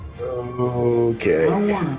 Okay